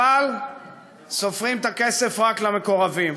אבל סופרים את הכסף רק למקורבים.